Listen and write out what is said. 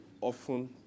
often